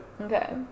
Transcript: Okay